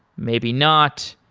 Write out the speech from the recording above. maybe not.